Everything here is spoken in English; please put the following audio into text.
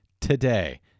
today